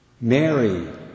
Mary